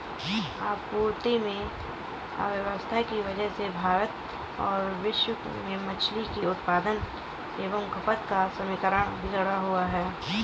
आपूर्ति में अव्यवस्था की वजह से भारत और विश्व में मछली के उत्पादन एवं खपत का समीकरण बिगड़ा हुआ है